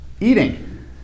Eating